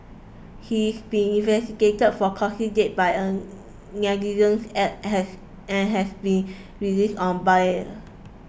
he is being investigated for causing death by a negligent act has and has been released on bail